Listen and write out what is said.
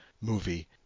movie